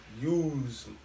use